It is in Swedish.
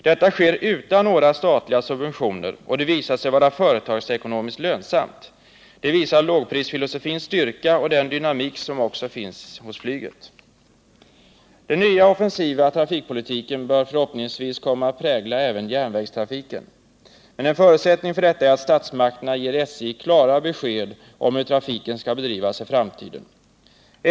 Detta sker utan några statliga subventioner, och det visar sig vara företagsekonomiskt lönsamt. Det visar lågprisfilosofins styrka och den dynamik som också finns hos flyget. Den nya offensiva trafikpolitiken bör förhoppningsvis komma att prägla även järnvägstrafiken. Men en förutsättning för detta är att statsmakterna ger SJ klara besked om hur trafiken skall bedrivas i framtiden.